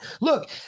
look